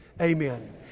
Amen